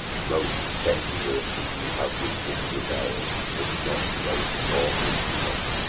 most dangerously you have with him prevail'd, if not most mortal to him.